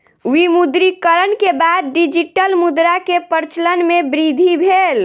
विमुद्रीकरण के बाद डिजिटल मुद्रा के प्रचलन मे वृद्धि भेल